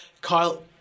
Kyle